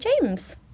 James